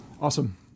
Awesome